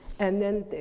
and then,